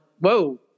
whoa